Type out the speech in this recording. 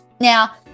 now